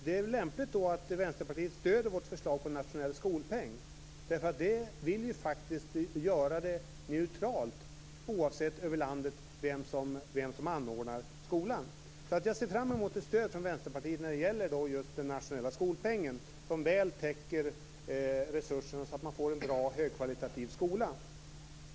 Det är lämpligt att Vänsterpartiet stöder vårt förslag om nationell skolpeng. Vi vill göra det neutralt över landet oavsett vem som driver skolan. Jag ser fram emot ett stöd från Vänsterpartiet vad gäller den nationella skolpengen, som väl täcker in resurser för att ge en bra högkvalitativ skola.